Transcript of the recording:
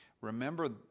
Remember